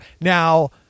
now